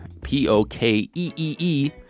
P-O-K-E-E-E